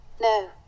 No